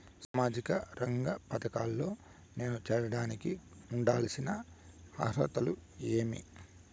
సామాజిక రంగ పథకాల్లో నేను చేరడానికి ఉండాల్సిన అర్హతలు ఏమి?